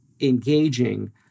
engaging